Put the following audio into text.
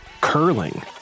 curling